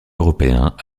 européens